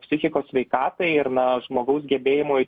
psichikos sveikatai ir na žmogaus gebėjimui